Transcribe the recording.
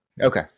Okay